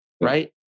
right